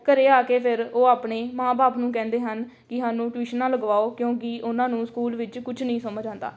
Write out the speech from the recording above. ਘਰ ਆ ਕੇ ਫਿਰ ਉਹ ਆਪਣੇ ਮਾਂ ਬਾਪ ਨੂੰ ਕਹਿੰਦੇ ਹਨ ਕਿ ਸਾਨੂੰ ਟਿਊਸ਼ਨਾਂ ਲਗਵਾਓ ਕਿਉਂਕਿ ਉਹਨਾਂ ਨੂੰ ਸਕੂਲ ਵਿੱਚ ਕੁਛ ਨਹੀਂ ਸਮਝ ਆਉਂਦਾ